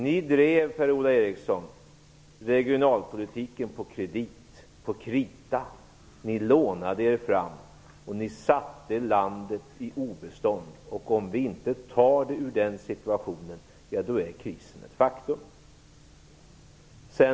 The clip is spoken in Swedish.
Ni drev, Per-Ola Eriksson, regionalpolitiken på kredit, på krita. Ni lånade er fram och satte landet i obestånd. Om vi inte tar landet ur den situationen, då är krisen ett faktum.